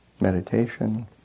meditation